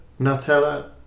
Nutella